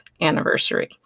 anniversary